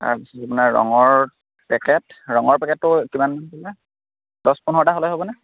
তাৰপিছত আপোনাৰ ৰঙৰ পেকেট ৰঙৰ পেকেটটো কিমান ক'লে দছ পোন্ধৰটা হ'লে হ'বনে